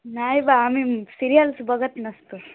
नाही बा आम्ही सिरिअल्स बघत नसतो